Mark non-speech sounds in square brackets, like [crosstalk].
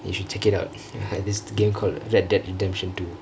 you should check it out [laughs] this game called red death redemption two